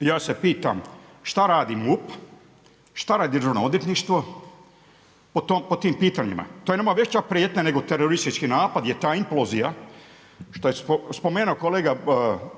Ja se pitam šta radi MUP, šta radi državno odvjetništvo po tim pitanjima? To je nama veća prijetnja nego teroristički napad jer ta implozija što je spomenuo kolega